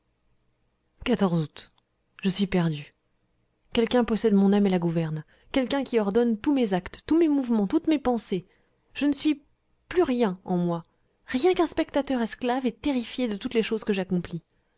août je suis perdu quelqu'un possède mon âme et la gouverne quelqu'un ordonne tous mes actes tous mes mouvements toutes mes pensées je ne suis plus rien en moi rien qu'un spectateur esclave et terrifié de toutes les choses que j'accomplis